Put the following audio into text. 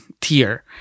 tier